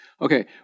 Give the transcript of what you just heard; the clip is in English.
Okay